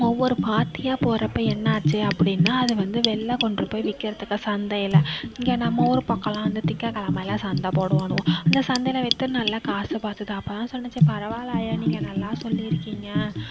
ஒவ்வொரு பாத்தியாக போட்றப்போ என்ன ஆச்சு அப்படினா அது வந்து வெளில கொண்டு போய் விற்கிறதுக்கா சந்தையில் இங்கே நம்ம ஊர் பக்கலாம் வந்து திங்க கிழமையிலாம் சந்தை போடுவானுவோ அந்த சந்தையில் விற்று நல்லா காசு பார்த்து தான் பானு சொன்னுச்சு பரவா இல்லை ஆயா நீங்கள் நல்லா சொல்லியிருக்கீங்க